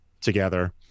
together